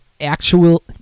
actual